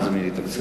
מה זה מי יתקצב.